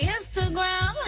Instagram